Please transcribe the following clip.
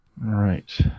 Right